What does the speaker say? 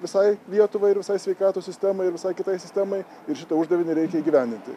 visai lietuvai ir visai sveikatos sistemai ir visai kitai sistemai ir šitą uždavinį reikia įgyvendinti